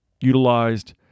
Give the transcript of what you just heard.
utilized